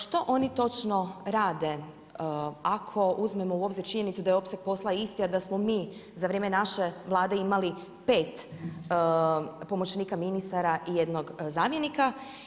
Što oni točno rade ako uzmemo u obzir činjenicu da je opseg posla isti a da smo mi za vrijeme naže Vlade imali 5 pomoćnika ministara i 1 zamjenika?